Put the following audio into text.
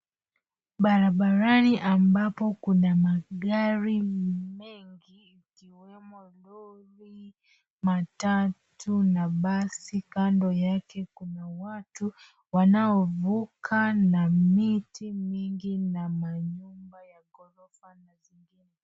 Barabarani ambapo kuna magari mengi ikiwemo lori, matatu na basi. Kando yake kuna watu wanaovuka na miti mingi na manyumba ya ghorofa na zingine.